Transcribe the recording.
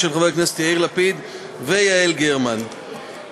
של חבר הכנסת דב חנין וקבוצת חברי הכנסת,